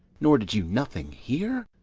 nor did you nothing hear?